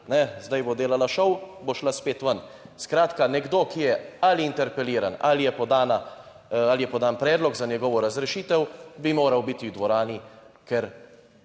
Zdaj bo delala šov, bo šla spet ven. Skratka nekdo, ki je ali interpeliran ali je podan predlog za njegovo razrešitev bi moral biti v dvorani, ker